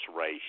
race